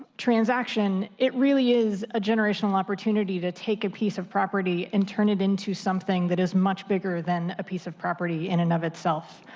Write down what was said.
transaction, it is a generational opportunity to take a piece of property and turn it into something that is much bigger than a piece of property in and of itself.